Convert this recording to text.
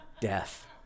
Death